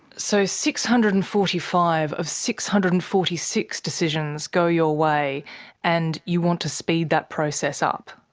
so six hundred and forty five of six hundred and forty six decisions go your way and you want to speed that process up?